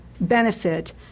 benefit